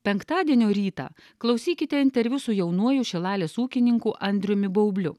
penktadienio rytą klausykite interviu su jaunuoju šilalės ūkininku andriumi baubliu